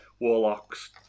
warlocks